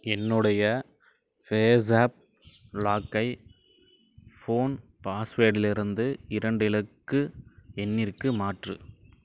என்னுடைய பேஸாப் லாக்கை ஃபோன் பாஸ்வேடிலிருந்து இரண்டு இலக்கு எண்ணிற்கு மாற்று